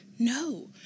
No